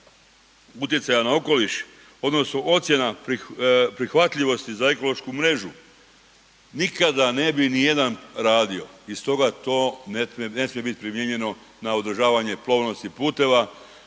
utjecaja na okoliš, odnosno ocjena prihvatljivosti za ekološku mrežu nikada ne bi ni jedan radio i stoga to ne smije biti primijenjeno na održavanje plovnosti puteva,